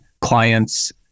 clients